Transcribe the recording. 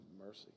mercy